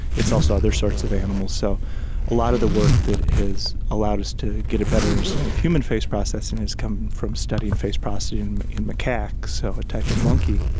it's also other sorts of animals. so a lot of the work that has allowed us to get a better understanding of human face processing has come from studying face processing in macaques, so a type of monkey.